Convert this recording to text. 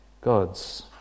gods